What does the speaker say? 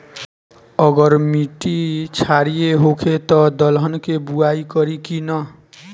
अगर मिट्टी क्षारीय होखे त दलहन के बुआई करी की न?